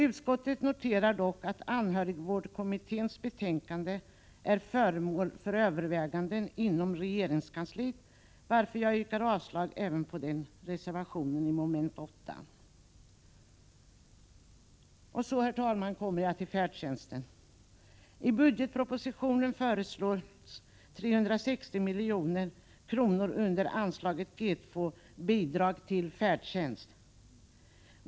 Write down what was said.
Utskottet noterar dock att anhörigvårdskommitténs betänkande är föremål för överväganden inom regeringskansliet, varför jag yrkar avslag på reservation 7. Så, herr talman, kommer jag till färdtjänsten. I budgetpropositionen föreslås 360 milj.kr. under anslaget G 2 Bidrag till färdtjänst.